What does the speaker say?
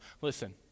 Listen